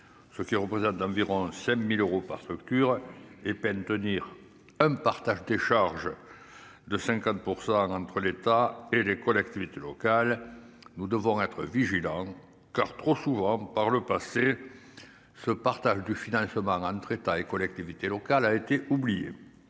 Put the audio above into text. ce qui représente environ 5 000 euros par structure et permet de maintenir un partage des charges à 50 % entre l'État et les collectivités locales. Nous devons être vigilants, car, trop souvent par le passé, le partage du financement entre État et collectivités locales a été oublié.